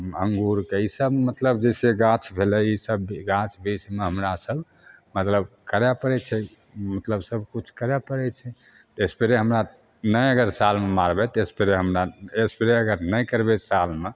अंगूरके ईसब मतलब जैसे गाछ भेलय ई सब गाछ वृक्षमे हमरा सब मतलब करय पड़य छै मतलब सब किछु करय पड़य छै तऽ स्प्रे हमरा अगर नहि सालमे मारबयतऽ स्प्रे हमरा स्प्रे अगर नहि करबय सालले